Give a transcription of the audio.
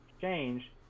change